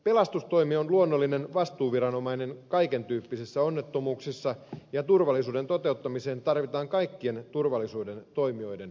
pelastustoimi on luonnollinen vastuuviranomainen kaiken tyyppisissä onnettomuuksissa ja turvallisuuden toteuttamiseen tarvitaan kaikkien turvallisuuden toimijoiden panosta